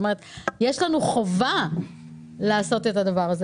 יש לנו חובה לעשות את זה.